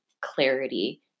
clarity